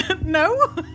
No